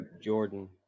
Jordan